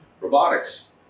robotics